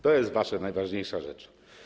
To jest dla was najważniejsza rzecz.